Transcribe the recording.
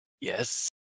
Yes